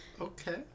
okay